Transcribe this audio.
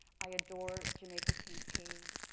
i adore jamaica kincaid,